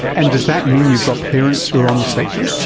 and does that mean you've got parents who are on the spectrum?